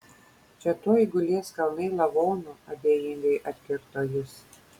čia tuoj gulės kalnai lavonų abejingai atkirto jis